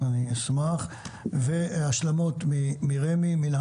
אני מבקש, כרגע, לחזור למספר משרדים.